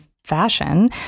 fashion